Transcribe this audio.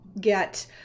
get